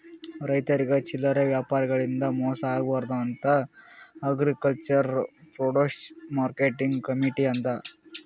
ರೈತರಿಗ್ ಚಲ್ಲರೆ ವ್ಯಾಪಾರಿಗಳಿಂದ್ ಮೋಸ ಆಗ್ಬಾರ್ದ್ ಅಂತಾ ಅಗ್ರಿಕಲ್ಚರ್ ಪ್ರೊಡ್ಯೂಸ್ ಮಾರ್ಕೆಟಿಂಗ್ ಕಮೀಟಿ ಅದಾ